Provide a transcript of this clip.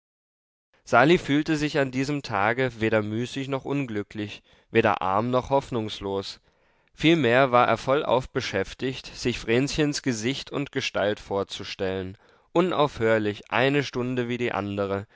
sali fühlte sich an diesem tage weder müßig noch unglücklich weder arm noch hoffnungslos vielmehr war er vollauf beschäftigt sich vrenchens gesicht und gestalt vorzustellen unaufhörlich eine stunde wie die andere